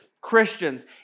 Christians